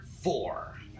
four